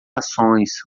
ações